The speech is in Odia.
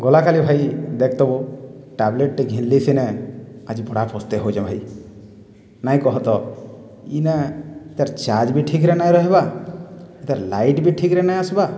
ଗଲା କାଲି ଭାଇ ଦେଖ୍ତ ବୋ ଟାବ୍ଲେଟ୍ଟେ ଘିନ୍ଲି ସିନେ ଆଜେ ଭଡ଼ା ପସ୍ତେଇ ହଉଚେଁ ଭାଇ ନାଇଁ କହତ ଇନେ ତାର୍ ଚାର୍ଜ ବି ଠିକ୍ରେ ନାଇ ରହିବାର୍ ତାର୍ ଲାଇଟ୍ବି ଠିକ୍ରେ ନାଇ ଆସ୍ବାର୍